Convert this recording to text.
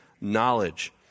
knowledge